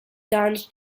dance